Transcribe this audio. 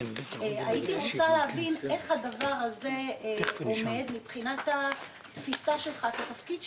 הייתי רוצה להבין איך הדבר הזה עומד מבחינת התפיסה שלך בתפקיד שלך.